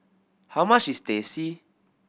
how much is Teh C